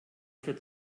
für